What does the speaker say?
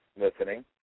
listening